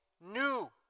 new